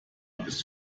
bis